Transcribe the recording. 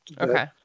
Okay